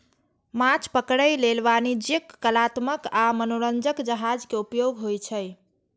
माछ पकड़ै लेल वाणिज्यिक, कलात्मक आ मनोरंजक जहाज के उपयोग होइ छै